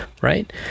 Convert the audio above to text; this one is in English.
right